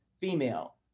female